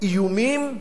איומים,